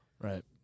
Right